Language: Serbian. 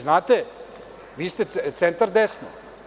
Znate, vi ste centar desno.